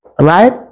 Right